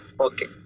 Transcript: Okay